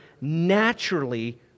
naturally